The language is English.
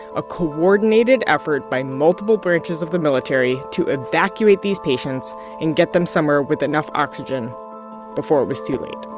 a coordinated effort by multiple branches of the military to evacuate these patients and get them somewhere with enough oxygen before it was too late